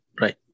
Right